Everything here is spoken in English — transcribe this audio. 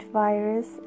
virus